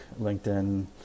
linkedin